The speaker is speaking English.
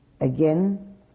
Again